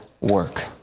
work